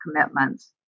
commitments